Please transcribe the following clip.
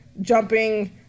jumping